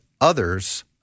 others